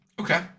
Okay